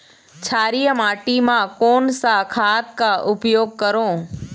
क्षारीय माटी मा कोन सा खाद का उपयोग करों?